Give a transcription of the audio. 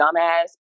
dumbass